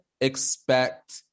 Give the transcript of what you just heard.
expect